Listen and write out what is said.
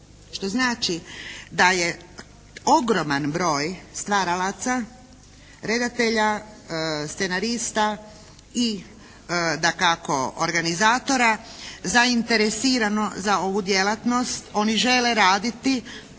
Što znači da je ogroman broj stvaralaca, redatelja, scenarista i dakako organizatora zainteresirano za ovu djelatnost. Oni žele raditi,